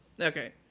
Okay